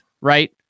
right